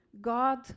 God